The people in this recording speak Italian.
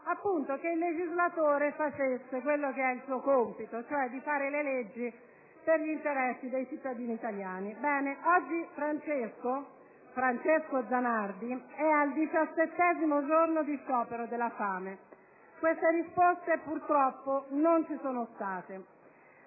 che il legislatore facesse quello che è il suo compito, ossia fare le leggi nell'interesse dei cittadini italiani. Bene, oggi Francesco Zanardi è al diciassettesimo giorno di sciopero della fame. Le risposte, purtroppo, non sono state